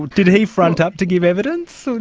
did he front up to give evidence?